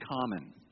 common